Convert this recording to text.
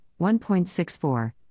1.64